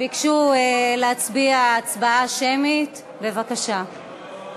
ביקשו להצביע הצבעה שמית, בבקשה.